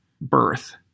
birth